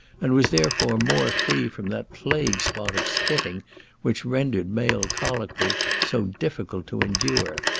and was therefore more free from that plague spot of spitting which rendered male colloquy so difficult to endure.